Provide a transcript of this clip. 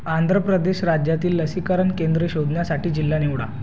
आंध्रप्रदेश राज्यातील लसीकरण केंद्रे शोधण्यासाठी जिल्हा निवडा